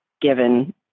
given